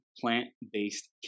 plant-based